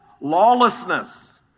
lawlessness